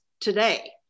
today